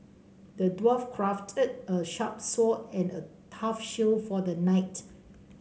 the dwarf crafted a sharp sword and a tough shield for the knight